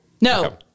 No